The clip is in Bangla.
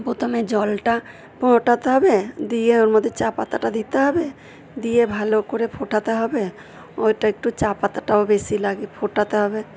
প্রথমে জলটা ফোটাতে হবে দিয়ে ওর মধ্যে চা পাতাটা দিতে হবে দিয়ে ভালো করে ফোটাতে হবে ওটা একটু চা পাতাটাও বেশি লাগে ফোটাতে হবে